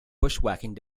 bushwalking